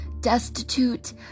destitute